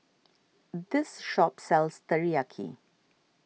this shop sells Teriyaki